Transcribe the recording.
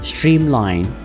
Streamline